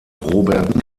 robert